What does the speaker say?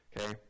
Okay